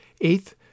Eighth